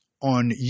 on